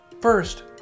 First